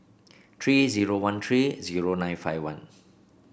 three zero one three zero nine five one